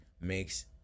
makes